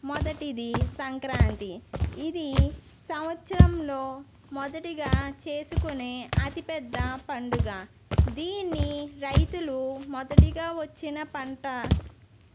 మొదటిది సంక్రాంతి ఇది సంవత్సరంలో మొదటిగా చేసుకునే అతి పెద్ద పండుగ దీన్ని రైతులు మొదటిగా వచ్చిన పంట